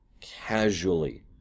casually